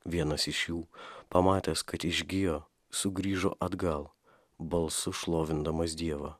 vienas iš jų pamatęs kad išgijo sugrįžo atgal balsu šlovindamas dievą